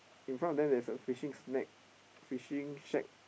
in front of them there's a fishing snack fishing shack